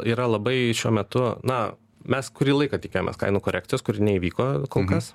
yra labai šiuo metu na mes kurį laiką tikėjomės kainų korekcijos kuri neįvyko kol kas